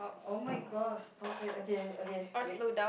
oh-my-gosh stop it okay okay wait